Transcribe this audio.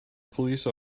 police